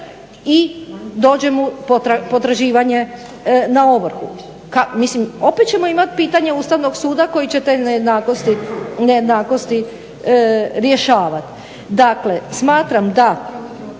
i dođe mu potraživanje na ovrhu. Mislim opet ćemo imati pitanje Ustavnog suda koji će te nejednakosti rješavati. Dakle, smatram da